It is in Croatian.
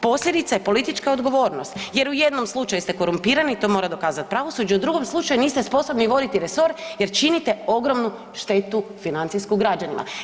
Posljedica je politička odgovornost jer u jednom slučaju ste korumpirani to mora dokazati pravosuđe, u drugom slučaju niste sposobni voditi resor jer činite ogromnu štetu financijsku građanima.